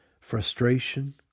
frustration